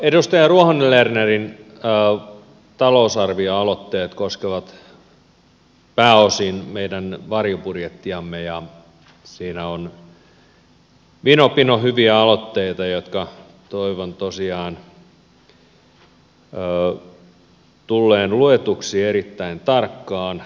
edustaja ruohonen lernerin talousarvioaloitteet koskevat pääosin meidän varjobudjettiamme ja siinä on vino pino hyviä aloitteita jotka toivon tosiaan tulleen luetuksi erittäin tarkkaan